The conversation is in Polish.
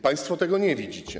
Państwo tego nie widzicie.